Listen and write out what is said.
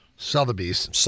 Sotheby's